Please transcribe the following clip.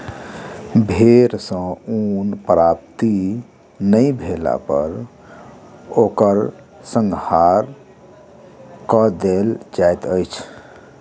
भेड़ सॅ ऊन प्राप्ति नै भेला पर ओकर संहार कअ देल जाइत अछि